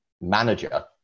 manager